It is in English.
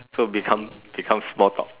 so become become small talk